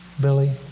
Billy